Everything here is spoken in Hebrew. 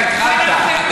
אתה התחלת.